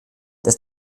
dass